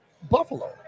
buffalo